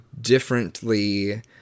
differently